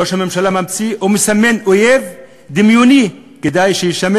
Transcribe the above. ראש הממשלה ממציא ומסמן אויב דמיוני כדי שישמש